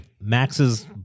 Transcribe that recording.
Max's